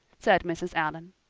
said mrs. allan.